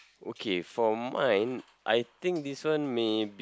okay for mine I think this one maybe